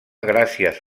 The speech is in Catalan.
gràcies